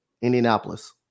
Indianapolis